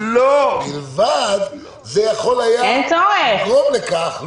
זה יכול היה לגרום לכך -- אין צורך.